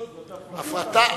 זאת בדיוק הפרטה.